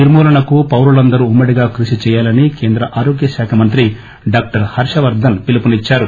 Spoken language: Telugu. నిర్మూలనకు పౌరులందరూ ఉమ్మడిగా కృషి చేయాలని కేంద్ర ఆరోగ్యశాఖ మంత్రి డాక్టర్ హర్వవర్దన్ పిలుపునిచ్చారు